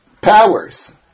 powers